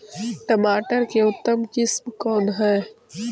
टमाटर के उतम किस्म कौन है?